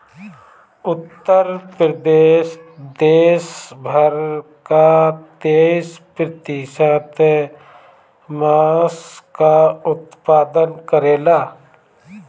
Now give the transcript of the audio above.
उत्तर प्रदेश देस भर कअ तेईस प्रतिशत मांस कअ उत्पादन करेला